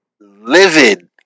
livid